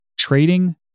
trading